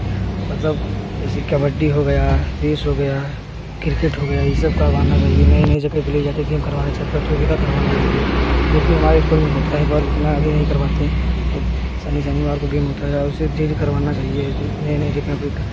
मतलब जैसे कि कबड्डी हो गया रेस हो गया क्रिकेट हो गया यह सब करवाना चाहिए नई नई जगह पर ले जाकर गेम करवाना चाहिए प्रतियोगिता करवाना चाहिए जो कि हमारे स्कूल में होता है पर उतना भी नहीं करवाते शनि शनिवार को गेम होता है उसे डेली करवाना चाहिए नई नई जगह पर